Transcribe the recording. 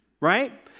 Right